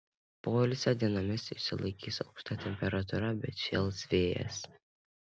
poilsio dienomis išsilaikys aukšta temperatūra bet šėls vėjas